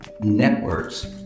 networks